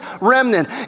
remnant